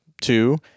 Two